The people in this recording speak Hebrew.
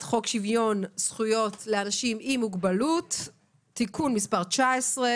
חוק שוויון זכויות לאנשים עם מוגבלות (תיקון מס' 19),